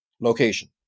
location